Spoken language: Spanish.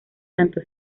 tanto